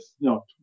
no